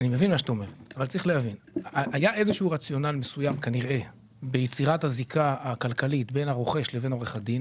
היה איזה רציונל מסוים ביצירת הזיקה הכלכלית בין הרוכש לבין עורך הדין,